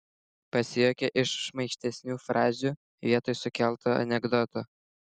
pasijuokia iš šmaikštesnių frazių vietoj suskelto anekdoto